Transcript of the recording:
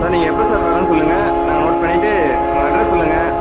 sir நீங்கள் எப்போ sir வரேன்னு சொல்லுங்கள் நாங்கள் நோட் பண்ணிட்டு உங்கள் அட்ரெஸ் சொல்லுங்கள்